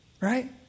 Right